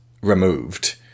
removed